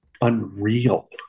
unreal